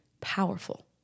powerful